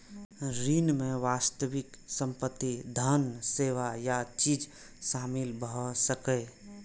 ऋण मे वास्तविक संपत्ति, धन, सेवा या चीज शामिल भए सकैए